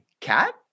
Cat